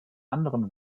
anderen